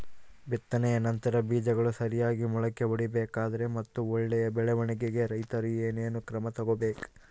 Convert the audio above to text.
ಬಿತ್ತನೆಯ ನಂತರ ಬೇಜಗಳು ಸರಿಯಾಗಿ ಮೊಳಕೆ ಒಡಿಬೇಕಾದರೆ ಮತ್ತು ಒಳ್ಳೆಯ ಬೆಳವಣಿಗೆಗೆ ರೈತರು ಏನೇನು ಕ್ರಮ ತಗೋಬೇಕು?